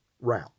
route